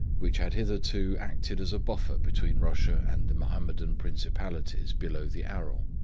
which had hitherto acted as a buffer between russia and the mahomedan principalities below the aral.